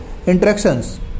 interactions